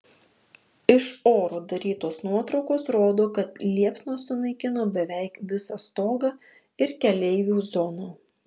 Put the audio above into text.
iš oro darytos nuotraukos rodo kad liepsnos sunaikino beveik visą stogą ir keleivių zoną